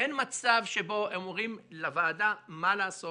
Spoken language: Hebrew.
שאין מצב שבו הם אומרים לוועדה מה לעשות,